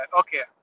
okay